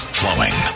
flowing